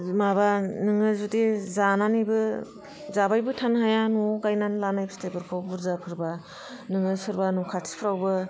माबा नोङो जुदि जानानैबो जाबायबो थानो हाया न'आव गाइनानै लानाय फिथाइफोरखौ बुरजा फोरबा नोङो सोरबा न' खाथिफ्रावबो